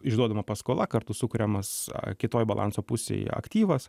išduodama paskola kartu sukuriamas kitoj balanso pusėj aktyvas